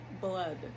blood